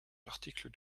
l’article